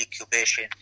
occupation